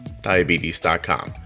Diabetes.com